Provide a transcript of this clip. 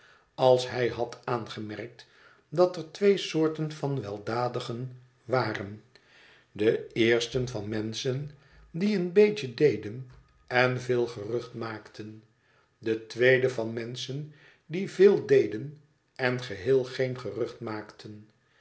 als hij had aangemerkt dat er twee soorten van weldadigen waren de eerste van menschen die een beetje deden en veel gerucht maakten de tweede van menschen die veel deden en geheel geen gerucht maakten